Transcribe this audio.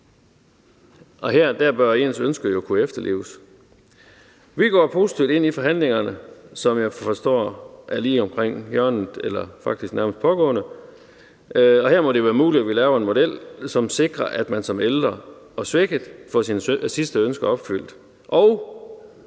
og her bør ens ønsker jo kunne efterleves. Vi går positivt ind i forhandlingerne, som jeg forstår er lige om hjørnet eller faktisk nærmest pågår, og her må det være muligt, at vi kan lave en model, som sikrer, at man som ældre og svækket får sine sidste ønsker opfyldt,